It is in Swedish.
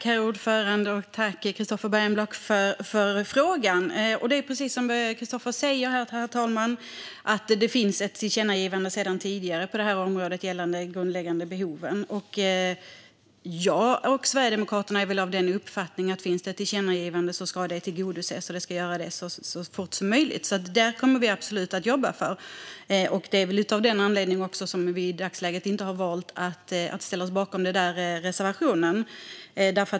Herr talman! Tack, Christofer Bergenblock, för frågan! Herr talman! Det är precis som Christofer säger; det finns sedan tidigare ett tillkännagivande på området gällande de grundläggande behoven. Jag och Sverigedemokraterna är av uppfattningen att ett tillkännagivande ska tillgodoses, och det ska göras så fort som möjligt. Det kommer vi absolut att jobba för. Det är också av den anledningen som vi i dagsläget har valt att inte ställa oss bakom reservationen.